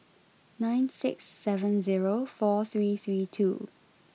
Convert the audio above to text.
nine six seven zero four three three two